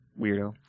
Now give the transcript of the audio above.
Weirdo